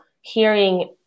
hearing